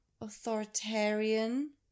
authoritarian